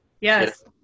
Yes